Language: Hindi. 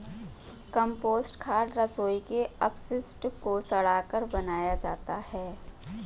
कम्पोस्ट खाद रसोई के अपशिष्ट को सड़ाकर बनाया जाता है